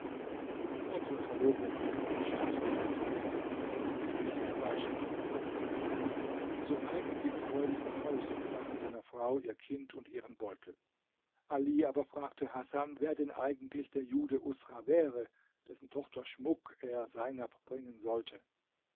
unsere verlobung finde nicht statt sagte ali wenn ich sie nicht herbeischaffe sureik ging freudig nach hause und brachte seiner frau ihr kind und ihren beutel ali aber fragte hasen wer denn eigentlich der jude usra wäre dessen tochter schmuck er seinab bringen sollte